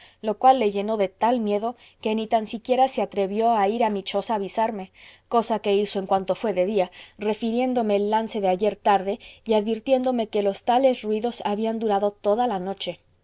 lo cual le llenó de tal miedo que ni tan siquiera se atrevió a ir a mi choza a avisarme cosa que hizo en cuanto fué de día refiriéndome el lance de ayer tarde y advirtiéndome que los tales ruidos habían durado toda la noche